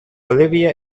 olivia